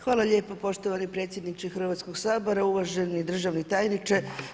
Hvala lijepo poštovani predsjedniče Hrvatskog sabora, uvaženi državni tajniče.